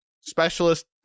specialist